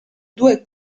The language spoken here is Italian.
due